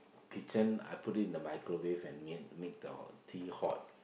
kitchen I put it in the microwave and make make the tea hot